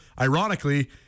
ironically